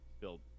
build